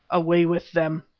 away with them!